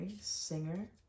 singer